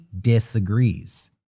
disagrees